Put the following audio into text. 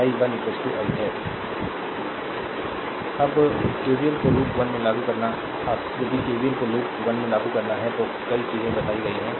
slide time देखें 2401 अब KVL को लूप वन में लागू करना यदि केवीएल को लूप वन में लागू करना है तो कई चीजें बताई गई हैं